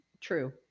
True